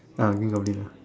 ah give me complaint